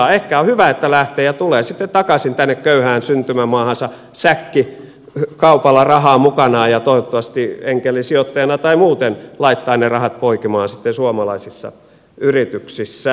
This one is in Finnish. ehkä on hyvä että lähtee ja tulee sitten takaisin tänne köyhään syntymämaahansa säkkikaupalla rahaa mukanaan ja toivottavasti enkelisijoittajana tai muuten laittaa ne rahat poikimaan suomalaisissa yrityksissä